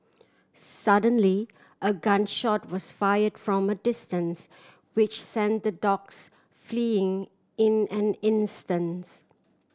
suddenly a gun shot was fire from a distance which sent the dogs fleeing in an instants